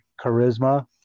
charisma